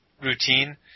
routine